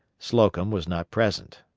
slocum was not present.